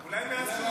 אולי מאז שהוא מונה.